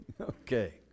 Okay